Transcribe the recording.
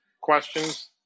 questions